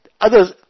Others